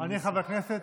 אני חבר כנסת?